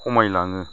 खमायलाङो